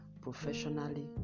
professionally